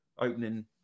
opening